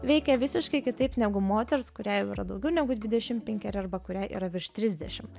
veikia visiškai kitaip negu moters kuriai jau yra daugiau negu dvidešimt penkeri arba kuriai yra virš trisdešimt